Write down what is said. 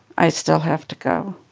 i still have to go.